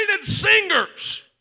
singers